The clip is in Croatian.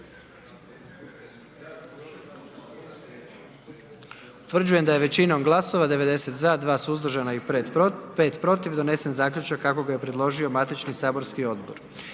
Utvrđujem da je većinom glasova 93 za i 1 suzdržani donijet zaključak kako ga je predložilo matično saborsko radno